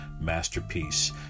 masterpiece